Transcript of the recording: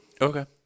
Okay